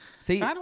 see